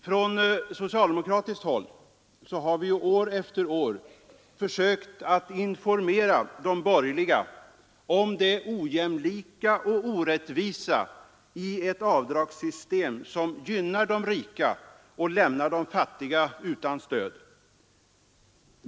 Från socialdemokratiskt håll har vi år efter år försökt informera de borgerliga om det ojämlika och orättvisa i ett avdragssystem som gynnar de rika och lämnar de fattiga utan stöd.